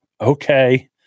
okay